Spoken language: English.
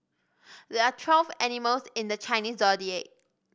there are twelve animals in the Chinese Zodiac